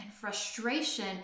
frustration